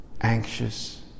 anxious